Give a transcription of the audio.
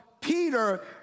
Peter